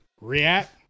React